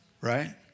Right